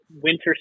Winter